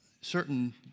certain